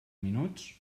minuts